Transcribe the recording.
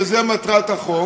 וזו מטרת החוק,